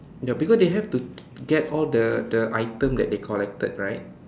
ya because they have to get all the the item that they collected right